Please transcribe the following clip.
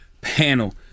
Panel